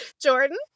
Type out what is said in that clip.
Jordan